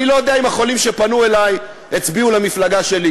אני לא יודע אם החולים שפנו אלי הצביעו למפלגה שלי,